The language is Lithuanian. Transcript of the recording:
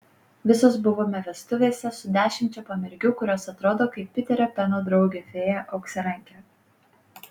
visos buvome vestuvėse su dešimčia pamergių kurios atrodo kaip piterio peno draugė fėja auksarankė